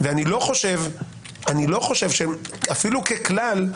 אפילו ככלל,